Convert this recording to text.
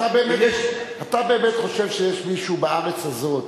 ואתה באמת חושב שיש מישהו בארץ הזאת